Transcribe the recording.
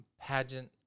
pageant